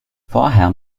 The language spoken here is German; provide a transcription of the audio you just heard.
vorher